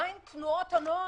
מה עם תנועות הנוער?